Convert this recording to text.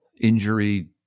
injury